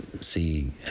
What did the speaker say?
see